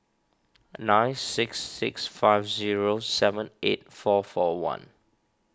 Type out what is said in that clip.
nine six six five zero seven eight four four one